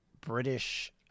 British